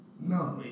No